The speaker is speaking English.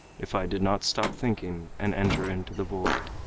if i did not stop thinking and enter into the void,